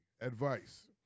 Advice